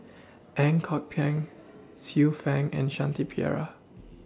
Ang Kok Peng Xiu Fang and Shanti Pereira